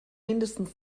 mindestens